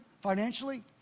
financially